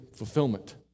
Fulfillment